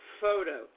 photo